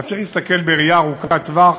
אבל צריך להסתכל בראייה ארוכת טווח,